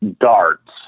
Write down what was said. darts